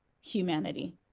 humanity